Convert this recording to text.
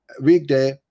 weekday